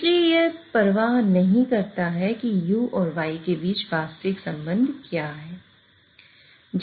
इसलिए यह परवाह नहीं करता है कि u और y के बीच वास्तविक संबंध क्या है